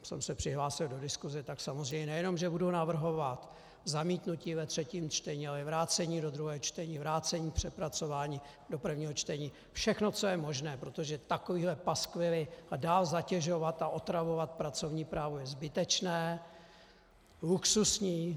A já potom jsem se přihlásil do diskuse, tak samozřejmě nejenom že budu navrhovat zamítnutí ve třetím čtení, ale i vrácení do druhého čtení, vrácení k přepracování do prvního čtení, všechno, co je možné, protože takovéhle paskvily, a dál zatěžovat a otravovat pracovní právo je zbytečné, luxusní.